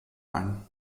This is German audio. ein